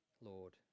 Lord